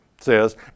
says